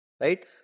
right